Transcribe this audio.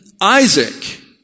Isaac